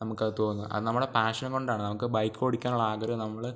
നമുക്ക് അത് തോന്നും അത് നമ്മുടെ പാഷൻ കൊണ്ടാണ് നമുക്ക് ബൈക്ക് ഓടിക്കാനുള്ള ആഗ്രഹം നമ്മൾ